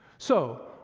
so,